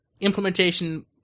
implementation